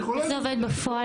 איך זה עובד בפועל?